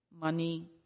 money